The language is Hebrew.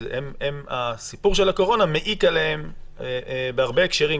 כי הסיפור של הקורונה מעיק עליהם בהרבה הקשרים,